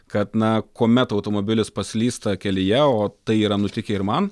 kad na kuomet automobilis paslysta kelyje o tai yra nutikę ir man